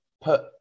put